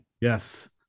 Yes